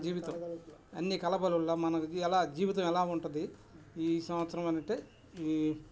జీవితం అన్నీ కలపలుగా మనకి ఎలా జీవితం ఎలా ఉంటుంది ఈ సంవత్సరం అనేంటే ఈ